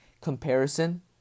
comparison